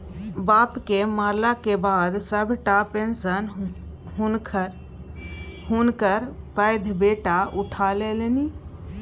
बापक मरलाक बाद सभटा पेशंन हुनकर पैघ बेटा उठा लेलनि